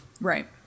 Right